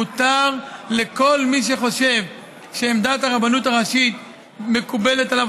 מותר לכל מי שחושב שעמדת הרבנות הראשית מקובלת עליו